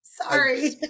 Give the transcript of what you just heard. Sorry